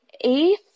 Eighth